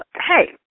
hey